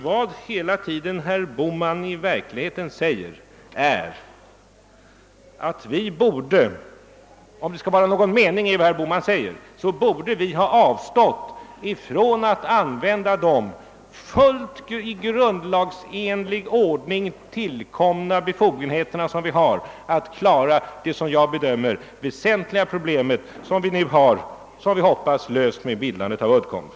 Vad herr Bohman hela tiden i verkligheten säger är — om det skall vara någon mening i det han säger — att vi borde ha avstått från att använda de i fullt grundlagsenlig ordning tillkomna befogenheter som vi har att klara det enligt min bedömning väsentliga problem, vilket vi nu som jag hoppas löst med bildandet av Uddcomb.